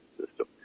system